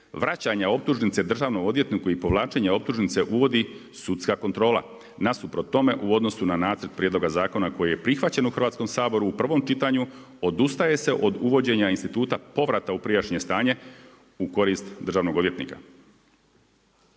vraćanje optužnice državnom odvjetniku i povlačenje optužnice uvodi sudska kontrola. Nasuprot tome, u odnosu na način prijedloga zakona koji je prihvaćen u Hrvatskom saboru u prvom čitanju, odustaje se od uvođenje instituta povrata u prijašnje stanje u korist državnog odvjetnika.